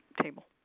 table